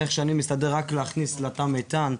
איך שאני מסתדר רק להכניס לתא מטען,